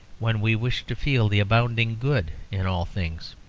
when we wish to feel the abounding good in all things.